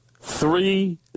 Three